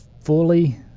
fully